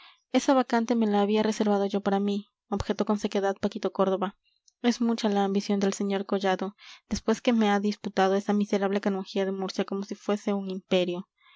esa vacante me la había reservado yo para mí objetó con sequedad paquito córdoba es mucha la ambición del sr collado después que me ha disputado esa miserable canonjía de murcia como si fuese un imperio